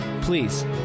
Please